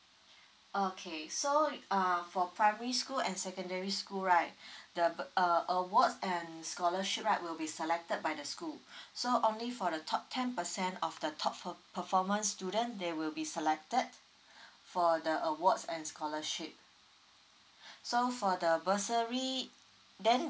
okay so err for primary school and secondary school right the uh awards and scholarship right will be selected by the school so only for the top ten percent of the top per performance student they will be selected for the awards and scholarship so for the bursary then